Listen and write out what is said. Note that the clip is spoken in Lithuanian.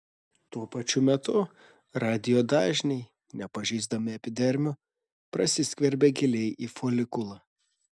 tuo pačiu metu radijo dažniai nepažeisdami epidermio prasiskverbia giliai į folikulą